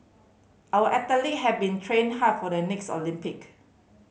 our athlete have been train hard for the next Olympic